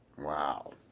Wow